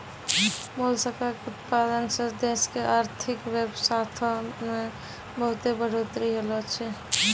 मोलसका के उतपादन सें देश के आरथिक बेवसथा में बहुत्ते बढ़ोतरी ऐलोॅ छै